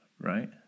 right